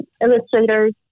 illustrators